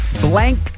Blank